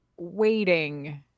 waiting